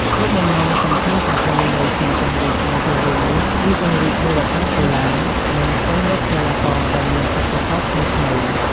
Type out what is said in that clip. គោលបំណងសំខាន់នៃការពង្រីកការចូលរួមនេះគឺ ពង្រីកមូលដ្ឋានកីឡា និងស្វែងរកកីឡាករដែលមានទេពកោសល្យថ្មីៗ។